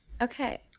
Okay